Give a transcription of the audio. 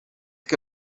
que